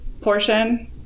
portion